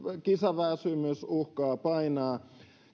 kisaväsymys uhkaa painaa